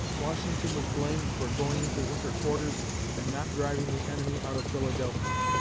washington was blamed for going into winter quarters and not driving the enemy out of philadelphia.